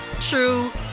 true